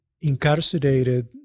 incarcerated